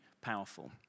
powerful